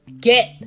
get